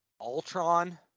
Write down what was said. Ultron